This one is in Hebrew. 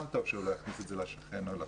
גם טוב שהוא לא יעביר אותם לשכן או לחבר.